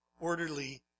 orderly